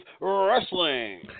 Wrestling